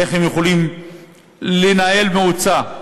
איך הם יכולים לנהל מועצה,